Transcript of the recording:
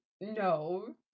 No